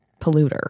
polluter